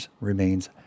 remains